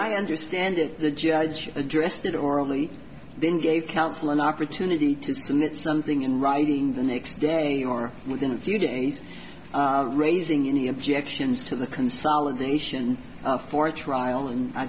i understand it the judge addressed it orally then gave counsel an opportunity to submit something in writing the next day or within a few days of raising any objections to the consolidation for trial and i